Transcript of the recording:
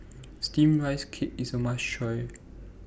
Steamed Rice Cake IS A must Try